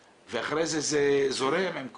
אחרים ואכן הפרויקט יצא לדרך בצורה מוצלחת.